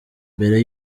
mbere